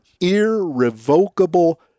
irrevocable